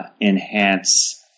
enhance